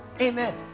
amen